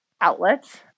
outlets